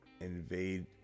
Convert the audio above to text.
invade